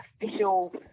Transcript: official